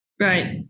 Right